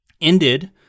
ended